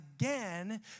again